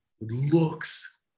looks